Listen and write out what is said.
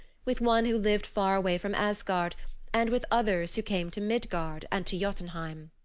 with one who lived far away from asgard and with others who came to midgard and to jotunheim.